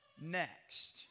next